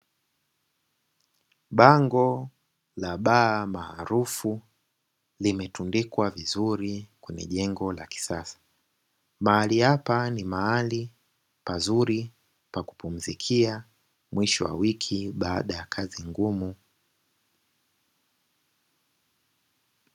Bango la baa maarufu limetundikwa vizuri kwenye jengo la kisasa. Mahali hapa ni mahali pazuri pa kupumzikia mwisho wa wiki baada ya kazi ngumu.